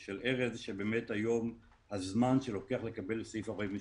קריטריון, שהקריטריון יהיה ברור.